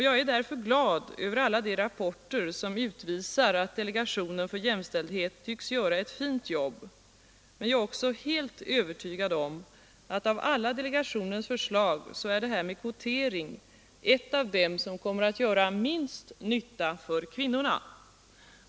Jag är därför glad över alla de rapporter som utvisar att delegationen för jämställdhet tycks göra ett fint jobb. Jag är också helt övertygad om att av alla delegationens förslag är det här med kvotering ett av dem som kommer att göra minst nytta för kvinnorna.